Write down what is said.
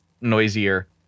noisier